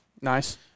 Nice